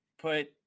put, –